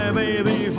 baby